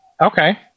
Okay